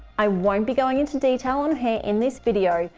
i won't be going into detail on hair in this video.